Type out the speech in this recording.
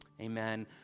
Amen